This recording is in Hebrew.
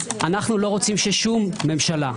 אנו לא רוצים ששום ממשלה,